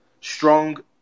strong